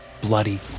bloody